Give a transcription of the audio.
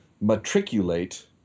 matriculate